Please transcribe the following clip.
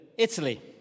Italy